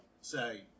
say